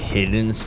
Hidden